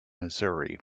missouri